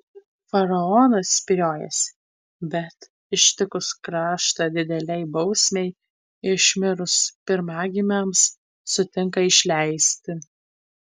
faraonas spyriojasi bet ištikus kraštą didelei bausmei išmirus pirmagimiams sutinka išleisti